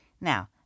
Now